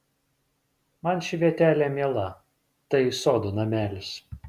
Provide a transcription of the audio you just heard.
man ši vietelė miela tai sodo namelis